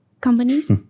companies